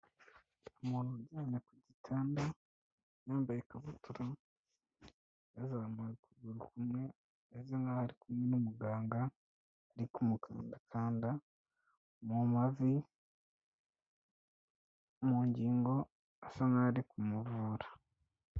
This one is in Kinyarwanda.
Umuntu ujyana ku gitanda, yambaye ikabutura, yazamuye ukuguru kumwe, umeze nk'aho ari kumwe n'umuganga, ari kumukandakanda mu mavi, mu ngingo, asa nk'aho ari kumuvura.